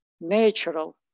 natural